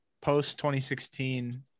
post-2016